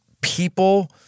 people